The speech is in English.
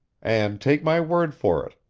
and, take my word for it,